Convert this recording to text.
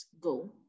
go